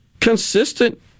consistent